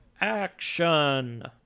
action